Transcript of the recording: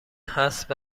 هست